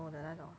的那种